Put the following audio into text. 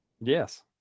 yes